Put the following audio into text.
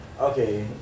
Okay